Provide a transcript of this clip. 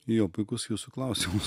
jo puikus jūsų klausimas